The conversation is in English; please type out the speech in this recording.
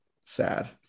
sad